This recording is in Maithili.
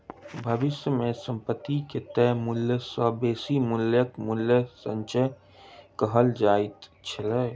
भविष्य मे संपत्ति के तय मूल्य सॅ बेसी मूल्यक मूल्य संचय कहल जाइत अछि